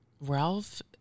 Ralph